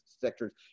sectors